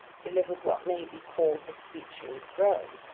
delivered what may be called the speech from the throne.